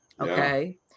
okay